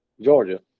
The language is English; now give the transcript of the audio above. Georgia